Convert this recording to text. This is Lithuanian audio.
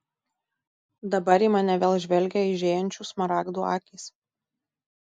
dabar į mane vėl žvelgė aižėjančių smaragdų akys